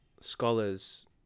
scholars